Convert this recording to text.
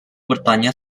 bertanya